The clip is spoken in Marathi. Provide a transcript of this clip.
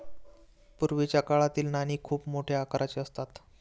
पूर्वीच्या काळातील नाणी खूप मोठ्या आकाराची असत